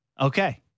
Okay